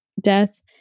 death